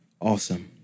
Awesome